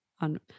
on